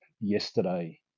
yesterday